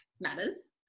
matters